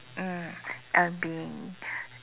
mm I'm being